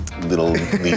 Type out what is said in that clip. Little